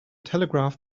telegraph